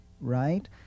Right